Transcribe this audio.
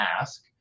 ask